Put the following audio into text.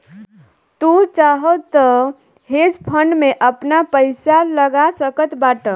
तू चाहअ तअ हेज फंड में आपन पईसा लगा सकत बाटअ